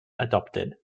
adopted